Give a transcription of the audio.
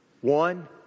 One